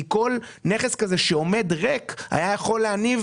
כל נכס כזה שעומד ריק היה יכול להניב